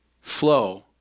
flow